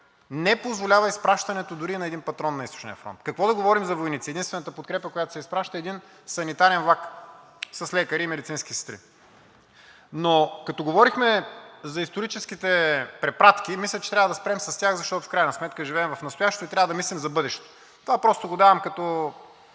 не позволява изпращането дори на един патрон на Източния фронт, какво да говорим за войници! Единствената подкрепа, която се изпраща, е един санитарен влак с лекари и медицински сестри. Но като говорихме за историческите препратки, мисля, че трябва да спрем с тях, защото в крайна сметка живеем в настоящето и трябва да мислим за бъдещето. Това просто го давам като